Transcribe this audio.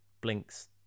blinks